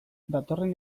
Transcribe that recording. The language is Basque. datorren